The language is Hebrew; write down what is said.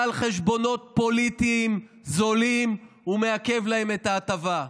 חשבונות פוליטיים זולים הוא מעכב להם את ההטבה.